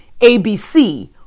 ABC